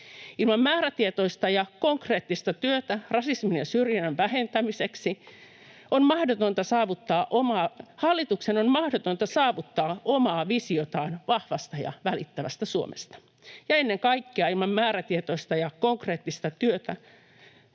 Ilman määrätietoista ja konkreettista työtä rasismin ja syrjinnän vähentämiseksi hallituksen on mahdotonta saavuttaa omaa visiotaan vahvasta ja välittävästä Suomesta. Ja ennen kaikkea ilman määrätietoista ja konkreettista työtä